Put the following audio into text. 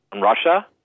Russia